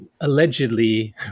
Allegedly